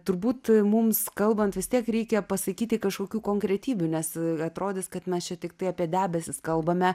turbūt mums kalbant vis tiek reikia pasakyti kažkokių konkretybių nes atrodys kad mes čia tiktai apie debesis kalbame